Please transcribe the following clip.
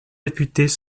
députés